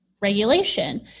regulation